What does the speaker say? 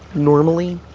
normally.